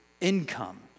income